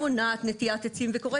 הרבה